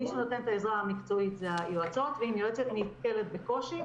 מי שנותן את העזרה המקצועית אלה היועצות ואם יועצת נתקלת בקושי,